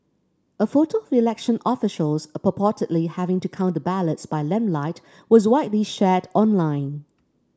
a photo of election officials purportedly having to count the ballots by lamplight was widely shared online